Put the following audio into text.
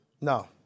No